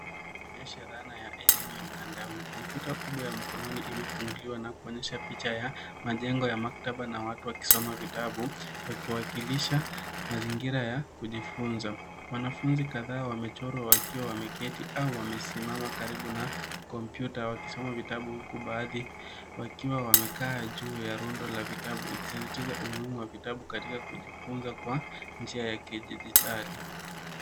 Unaonyesha dhana ya elimu ya mtandaoni kompyuta kubwa ya mkononi ilifunguliwa na kuonyesha picha ya majengo ya maktaba na watu wakisoma vitabu wakiwakilisha mazingira ya kujifunza ,wanafunzi kadhaa wamechorwa wakiwa wameketi au wamesimama karibu na kompyuta wakisoma vitabu huku baadhi wakiwa wamekaa juu ya rundo la vitabu ikisisitiza umuhimu wa vitabu katika kujifunza kwa njia ya kidijitali.